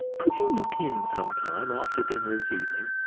could you look in some time after dinner this evening,